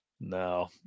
No